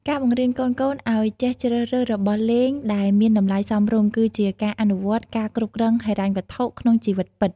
ការបង្រៀនកូនៗឱ្យចេះជ្រើសរើសរបស់លេងដែលមានតម្លៃសមរម្យ គឺជាការអនុវត្តការគ្រប់គ្រងហិរញ្ញវត្ថុក្នុងជីវិតពិត។